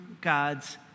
God's